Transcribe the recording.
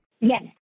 Yes